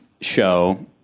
show